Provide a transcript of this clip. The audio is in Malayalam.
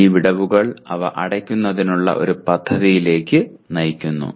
ഈ വിടവുകൾ അവ അടയ്ക്കുന്നതിനുള്ള ഒരു പദ്ധതിയിലേക്ക് നയിക്കുന്നു